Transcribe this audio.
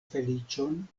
feliĉon